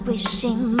Wishing